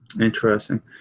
interesting